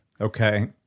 Okay